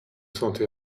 santé